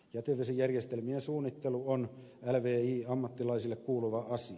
jätevesijärjestelmien suunnittelu on lvi ammattilaisille kuuluva asia